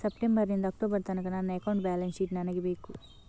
September ನಿಂದ October ತನಕ ನನ್ನ ಅಕೌಂಟ್ ಬ್ಯಾಲೆನ್ಸ್ ಶೀಟ್ ನನಗೆ ಬೇಕು